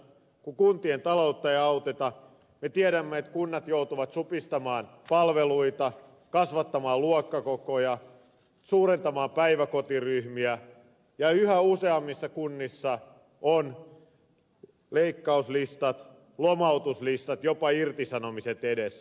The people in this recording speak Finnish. kun kuntien taloutta ei auteta me tiedämme että kunnat joutuvat supistamaan palveluita kasvattamaan luokkakokoja ja suurentamaan päiväkotiryhmiä ja yhä useammissa kunnissa on leikkauslistat lomautuslistat jopa irtisanomiset edessä